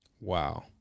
Wow